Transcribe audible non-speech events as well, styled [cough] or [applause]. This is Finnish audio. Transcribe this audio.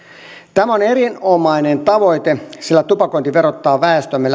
tämä on erinomainen tavoite sillä tupakointi verottaa väestöämme [unintelligible]